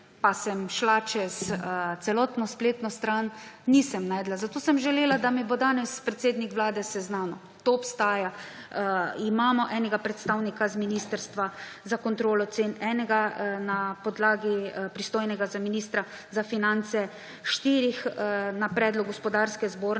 pa sem šla čez celotno spletno stran, nisem našla. Zato sem želela, da me bo danes predsednik Vlade seznanil. To obstaja. Imamo enega predstavnika z ministrstva za kontrolo cen, enega na podlagi pristojnega ministra za finance, štirih na predlog Gospodarske zbornice,